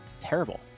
terrible